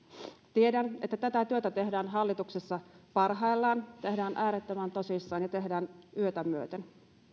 tiedän että tätä työtä tehdään hallituksessa parhaillaan tehdään äärettömän tosissaan ja tehdään yötä myöten